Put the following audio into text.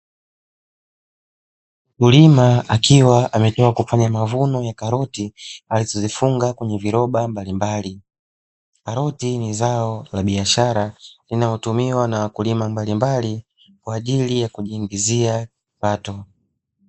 Mkulima akiwa ametoka kufanya mavuno ya karoti akizifunga kwenye viroba mbalimbali. Karoti ni zao la biashara linalotumiwa na wakulima mbalimbali kwa ajili ya kujiingizia kipato.